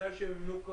בתנאי שימומנו כראוי.